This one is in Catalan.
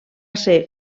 ser